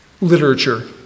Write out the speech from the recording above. literature